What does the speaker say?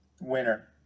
winner